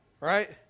right